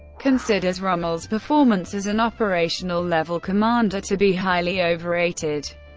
considers rommel's performance as an operational level commander to be highly overrated.